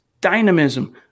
dynamism